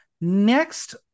next